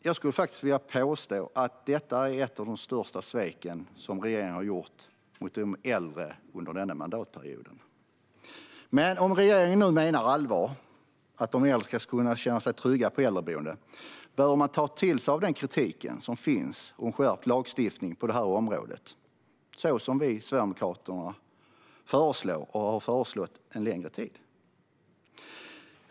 Jag skulle vilja påstå att detta är ett av regeringens största svek mot de äldre under denna mandatperiod. Om regeringen menar allvar med att äldre ska kunna känna sig trygga på äldreboenden bör man ta till sig av den kritik som finns och skärpa lagstiftningen på detta område så som vi sverigedemokrater föreslår och länge har föreslagit.